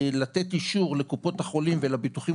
לתת אישור לקופות החולים ולביטוחים